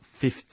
fifth